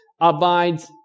abides